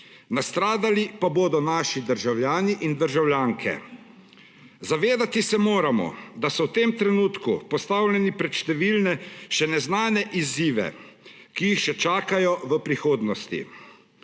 nastradali pa bodo naši državljani in državljanke. Zavedati se moramo, da so v tem trenutku postavljeni pred številne, še neznane izzive, ki jih še čakajo v prihodnosti.